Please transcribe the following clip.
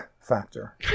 factor